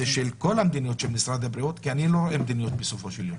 של כל המדיניות של משרד הבריאות כי אני לא רואה מדיניות בסופו של יום.